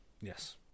Yes